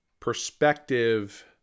perspective